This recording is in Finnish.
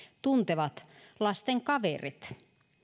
tuntevat lasten kaverit